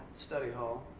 study hall.